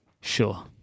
Sure